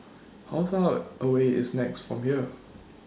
How Far away IS Nex from here